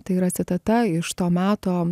tai yra citata iš to meto